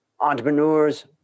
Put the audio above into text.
Entrepreneurs